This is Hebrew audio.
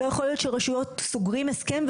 לא יכול להיות שרשויות סוגרות הסכם,